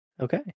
Okay